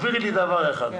אם